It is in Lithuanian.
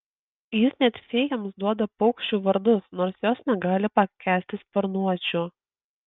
jis net fėjoms duoda paukščių vardus nors jos negali pakęsti sparnuočių